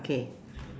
okay